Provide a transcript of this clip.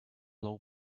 low